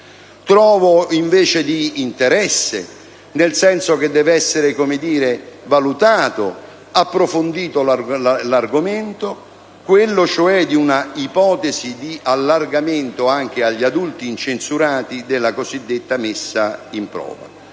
Trovo, invece, di interesse, nel senso che deve essere valutata ed approfondita, l'ipotesi di un allargamento anche agli adulti incensurati della cosiddetta messa in prova.